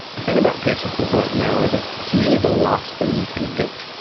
the thing about peer support right now is it's it's usually the last thing you can get.